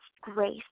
grace